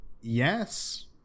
yes